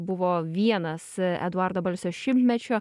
buvo vienas eduardo balsio šimtmečio